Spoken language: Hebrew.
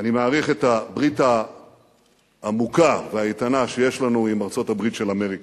אני מעריך את הברית העמוקה והאיתנה שיש לנו עם ארצות-הברית של אמריקה.